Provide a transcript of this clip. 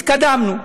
התקדמנו,